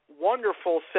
wonderful